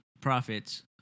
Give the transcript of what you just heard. profits